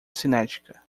cinética